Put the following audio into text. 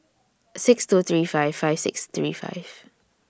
six two three five five six three five